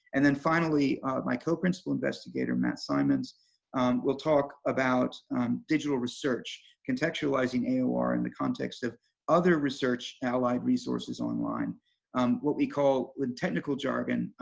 and then finally my co-principal investigator matt symonds will talk about digital research contextualizing aor in the context of other research allied resources online what we call, in technical jargon,